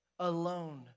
Alone